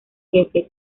jefe